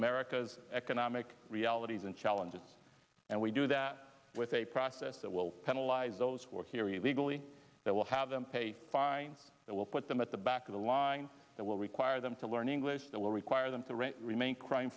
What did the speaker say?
america's economic realities and challenges and we do that with a process that will penalize those who are here illegally that will have them pay a fine that will put them at the back of the line that will require them to learn english that will require them to remain crime